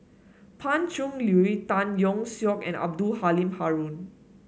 Pan Cheng Lui Tan Yeok Seong and Abdul Halim Haron